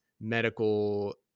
medical